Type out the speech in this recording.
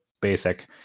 basic